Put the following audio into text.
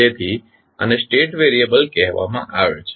તેથી આને state variable કહેવામાં આવે છે